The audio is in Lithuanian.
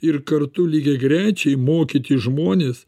ir kartu lygiagrečiai mokyti žmones